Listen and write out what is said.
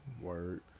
Word